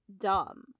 dumb